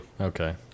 Okay